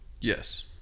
Yes